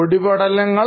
പൊടിപടലങ്ങൾ